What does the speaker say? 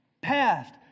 Past